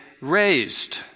raised